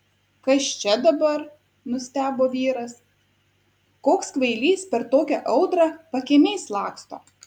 kas čia dabar nustebo vyras koks kvailys per tokią audrą pakiemiais laksto